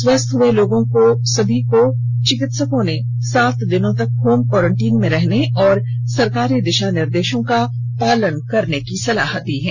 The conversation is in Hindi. स्वस्थ हुए लोगों को सभी को चिकित्सकों ने सात दिनों तक होम क्वॉरेंटीन में रहने और सरकारी दिशा निर्देशों का पालन करने की सलाह दी है